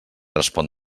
respon